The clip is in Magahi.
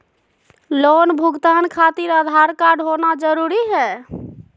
लोन भुगतान खातिर आधार कार्ड होना जरूरी है?